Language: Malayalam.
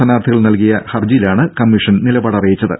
സ്ഥാനാർഥികൾ നൽകിയ ഹർജിയിലാണ് കമ്മിഷൻ നിലപാട് അറിയിച്ചത്